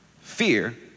Fear